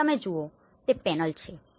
અહી તમે જે જુઓ છો તે પેનલ છે